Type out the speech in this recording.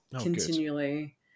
continually